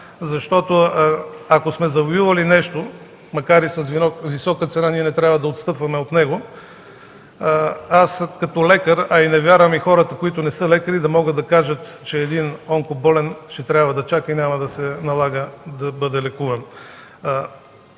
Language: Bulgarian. Защото, ако сме завоювали нещо, макар и с висока цена, ние не трябва да отстъпваме от него. Аз, като лекар, а не вярвам и хората, които не са лекари, да могат да кажат, че един онкоболен ще трябва да чака и няма да се налага да бъде лекуван.